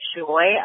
joy